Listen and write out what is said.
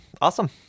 Awesome